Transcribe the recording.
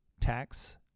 tax